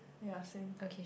ya same